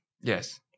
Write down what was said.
Yes